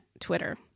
Twitter